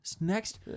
next